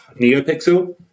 Neopixel